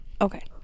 Okay